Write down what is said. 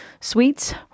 sweets